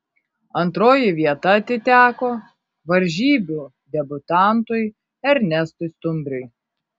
antroji vieta atiteko varžybų debiutantui ernestui stumbriui